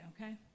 okay